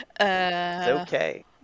okay